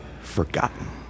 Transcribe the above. forgotten